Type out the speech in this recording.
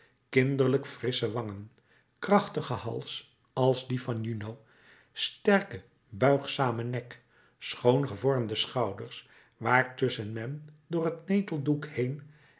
kinderlijk frissche wangen krachtigen hals als die van juno sterken buigzamen nek schoon gevormde schouders waartusschen men door het neteldoek heen